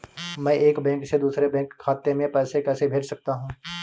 मैं एक बैंक से दूसरे बैंक खाते में पैसे कैसे भेज सकता हूँ?